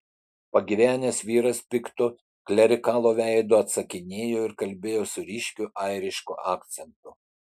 pagyvenęs vyras piktu klerikalo veidu atsakinėjo ir kalbėjo su ryškiu airišku akcentu